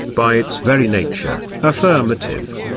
by its very nature, affirmative.